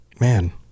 man